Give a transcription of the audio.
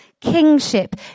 kingship